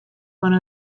one